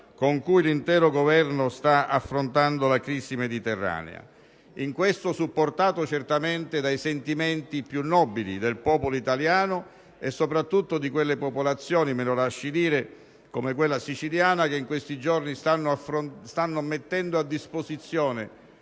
con cui l'intero Governo sta affrontando la crisi mediterranea, in questo supportato certamente dai sentimenti più nobili del popolo italiano e, soprattutto, di popolazioni - me lo lasci dire - come quella siciliana, che in questi giorni stanno mettendo a disposizione,